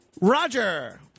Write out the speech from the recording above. Roger